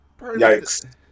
Yikes